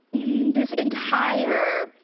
this entire